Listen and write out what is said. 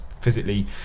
physically